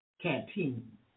canteen